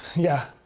yeah,